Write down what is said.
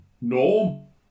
No